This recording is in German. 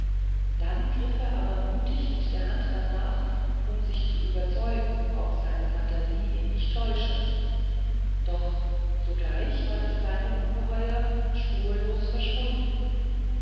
dann griff er aber mutig mit der hand darnach um sich zu überzeugen ob seine phantasie ihn nicht täusche doch sogleich war das kleine ungeheuer spurlos verschwunden